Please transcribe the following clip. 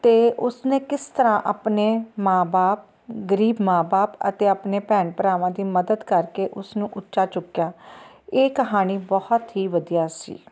ਅਤੇ ਉਸਨੇ ਕਿਸ ਤਰ੍ਹਾਂ ਆਪਣੇ ਮਾਂ ਬਾਪ ਗਰੀਬ ਮਾਂ ਬਾਪ ਅਤੇ ਆਪਣੇ ਭੈਣ ਭਰਾਵਾਂ ਦੀ ਮਦਦ ਕਰਕੇ ਉਸ ਨੂੰ ਉੱਚਾ ਚੁੱਕਿਆ ਇਹ ਕਹਾਣੀ ਬਹੁਤ ਹੀ ਵਧੀਆ ਸੀ